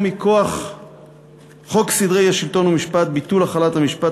מכוח חוק סדרי השלטון והמשפט (ביטול החלת המשפט,